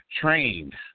trained